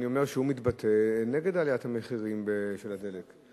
אני אומר שהוא מתבטא נגד עליית המחירים של הדלק.